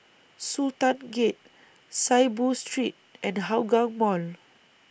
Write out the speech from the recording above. Sultan Gate Saiboo Street and Hougang Mall